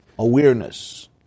Awareness